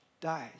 dies